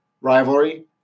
rivalry